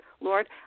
Lord